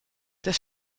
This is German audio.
des